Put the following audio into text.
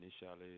initially